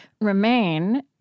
remain